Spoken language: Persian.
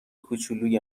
کوچولوی